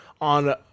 on